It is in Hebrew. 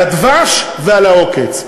על הדבש ועל העוקץ.